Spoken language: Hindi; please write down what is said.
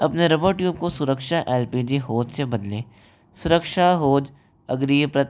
अपने रबर ट्यूब को सुरक्षा एल पी जी होज से बदलें सुरक्षा होज अग्रिय प्रत